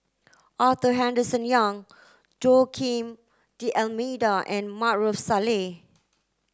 Arthur Henderson Young Joaquim D'almeida and Maarof Salleh